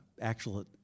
actual